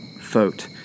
vote